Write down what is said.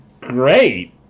great